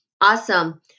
Awesome